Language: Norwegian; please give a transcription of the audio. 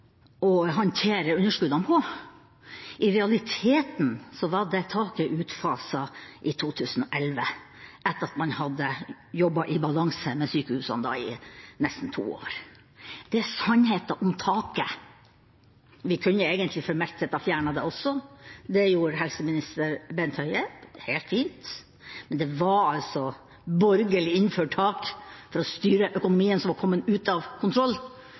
å håndtere underskuddene på. I realiteten var taket utfaset i 2011 etter at man hadde jobbet med balanse i sykehusene i nesten to år. Det er sannheten om taket. Vi kunne egentlig formelt sett ha fjernet det også. Det gjorde helseminister Bent Høie, helt fint. Men det var altså et borgerlig innført tak for å styre økonomien som var kommet ut av kontroll,